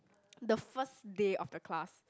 the first day of the class